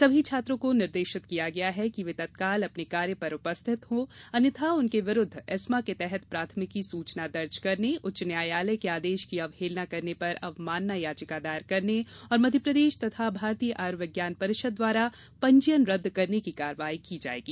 सभी छात्रों को निर्देशित किया गया है कि वे तत्काल अपने कार्य पर उपस्थित हो अन्यथा उनके विरुद्ध एस्मा के तहत प्राथमिकी सूचना दर्ज करने उच्च न्यायालय के आदेश की अवहेलना करने पर अवमानना याचिका दायर करने और मध्यप्रदेश तथा भारतीय आयुर्विज्ञान परिषद द्वारा पंजीयन रद्द करने की कार्रवाई की जाएगी